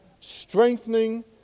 strengthening